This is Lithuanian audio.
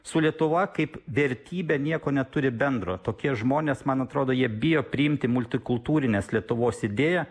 su lietuva kaip vertybe nieko neturi bendro tokie žmonės man atrodo jie bijo priimti multikultūrinės lietuvos idėją